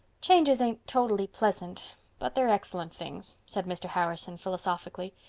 changes ain't totally pleasant but they're excellent things, said mr. harrison philosophically.